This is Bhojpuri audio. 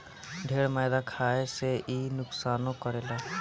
ढेर मैदा खाए से इ नुकसानो करेला